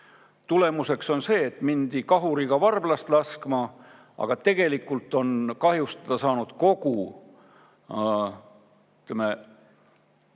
Tulemus on see, et mindi kahuriga varblast laskma, ja tegelikult on kahjustada saanud kogu